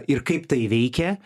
ir kaip tai veikė